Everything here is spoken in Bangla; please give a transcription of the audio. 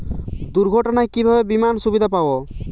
দুর্ঘটনায় কিভাবে বিমার সুবিধা পাব?